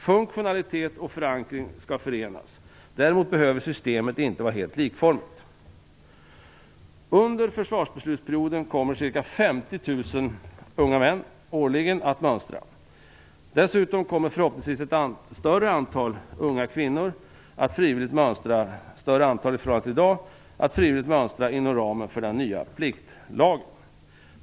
Funktionalitet och förankring skall förenas. Däremot behöver systemet inte vara helt likformigt. unga män årligen att mönstra. Dessutom kommer förhoppningsvis ett i förhållande till i dag större antal kvinnor att frivilligt mönstra inom ramen för den nya pliktlagen.